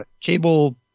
Cable